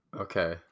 Okay